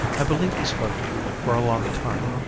i believe he spoke to her for a long time,